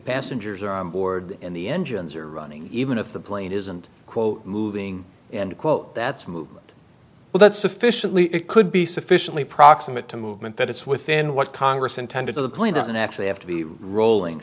passengers are on board and the engines are running even if the plane isn't quote moving and quote that's movement well that's sufficiently it could be sufficiently proximate to movement that it's within what congress intended to the plane doesn't actually have to be rolling